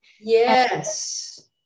yes